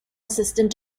assistant